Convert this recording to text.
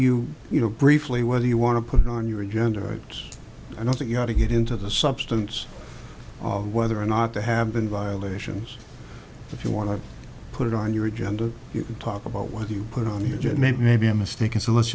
you you know briefly whether you want to put on your agenda right i don't think you ought to get into the substance of whether or not to have been violations if you want to put it on your agenda you can talk about what you put on your judgment maybe i'm mistaken so let's